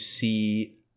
see